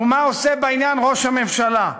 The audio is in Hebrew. ומה עושה בעניין ראש הממשלה?